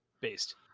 Based